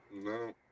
No